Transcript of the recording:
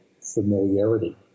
familiarity